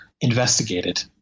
investigated